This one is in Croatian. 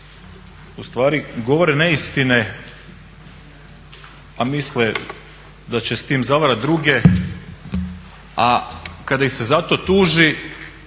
u stvari govore neistine, a mislite da će s tim zavarat druge a kada ih se za to tuži